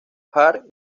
hart